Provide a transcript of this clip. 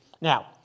Now